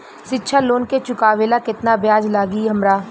शिक्षा लोन के चुकावेला केतना ब्याज लागि हमरा?